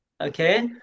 okay